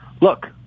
look